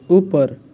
उपर